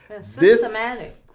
Systematic